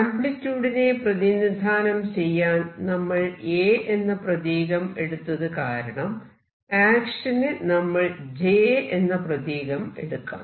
ആംപ്ലിട്യൂഡിനെ പ്രതിനിധാനം ചെയ്യാൻ നമ്മൾ A എന്ന പ്രതീകം എടുത്തത് കാരണം ആക്ഷന് നമ്മൾ J എന്ന പ്രതീകം എടുക്കാം